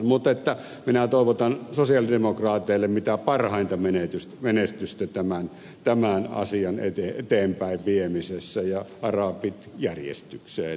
mutta minä toivotan sosialidemokraateille mitä parhainta menestystä tämän asian eteenpäin viemisessä ja arabit järjestykseen ensimmäisenä